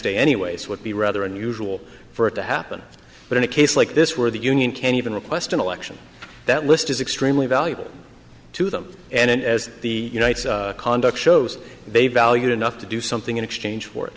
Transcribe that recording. day anyways would be rather unusual for it to happen but in a case like this where the union can even request an election that list is extremely valuable to them and as the conduct shows they valued enough to do something in exchange for it